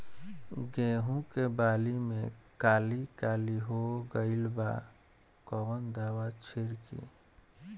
गेहूं के बाली में काली काली हो गइल बा कवन दावा छिड़कि?